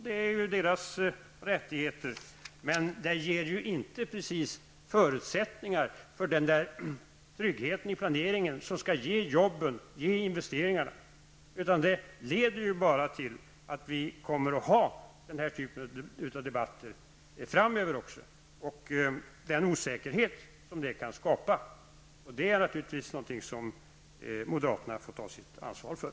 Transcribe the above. Det är deras rättighet att göra det, men det ger inte precis förutsättningar för den trygghet i planeringen som skall ge jobb och investeringar, utan det leder bara till att vi kommer att ha den här typen av debatter även framöver och den osäkerhet som det kan skapa. Det är naturligtvis någonting som moderaterna få ta sitt ansvar för.